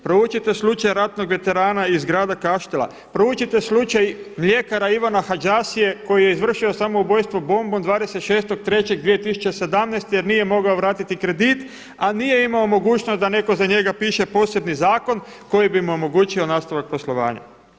Proučite slučaj ratnog veterana iz grada Kaštela, proučite slučaj mljekara Ivana Hađasije koji je izvršio samoubojstvo bombom 26.3.2017. jer nije mogao vratiti kredit, a nije imao mogućnost da netko za njega piše posebni zakon koji bi mu omogućio nastavak poslovanja.